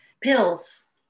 pills